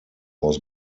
was